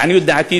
לעניות דעתי,